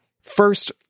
First